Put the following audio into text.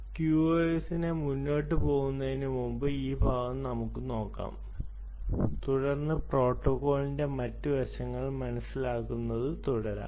QoS നെ മുന്നോട്ട് കൊണ്ടുപോകുന്നതിനുമുമ്പ് ഈ ഭാഗം നമുക്ക് നോക്കാം തുടർന്ന് പ്രോട്ടോക്കോളിന്റെ മറ്റ് വശങ്ങൾ മനസിലാക്കുന്നത് തുടരാം